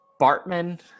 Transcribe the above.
Bartman